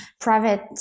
private